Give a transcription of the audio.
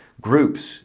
groups